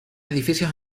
edificios